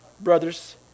brothers